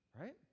Right